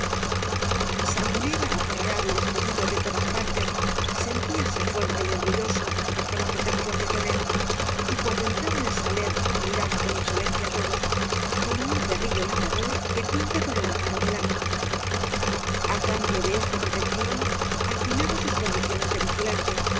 sangonera aporreado y despedido de todas partes sentíase fuerte y orgulloso bajo la protección de todet y cuando entraba en el saler míraba coo insolencia á todos como uo perrillo ladrador que cuenta con el amparo del amo a eambio de esta protección afinaba sus condiciones de vigilante